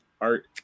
art